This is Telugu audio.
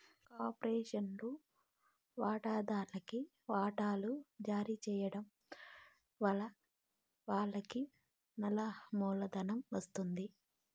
కార్పొరేషన్ల వాటాదార్లుకి వాటలు జారీ చేయడం వలన వాళ్లకి నల్ల మూలధనం ఒస్తాది